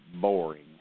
boring